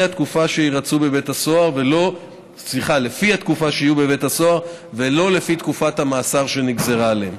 התקופה שירצו בבית הסוהר ולא לפי תקופת המאסר שנגזרה עליהם.